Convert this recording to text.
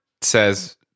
says